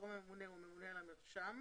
הגורם הממונה הוא הממונה על המרשם.